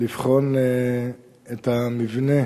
לבחון את המבנה